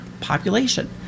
population